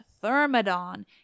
Thermodon